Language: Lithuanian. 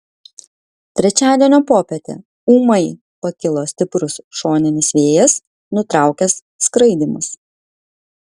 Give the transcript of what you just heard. trečiadienio popietę ūmai pakilo stiprus šoninis vėjas nutraukęs skraidymus